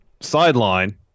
sideline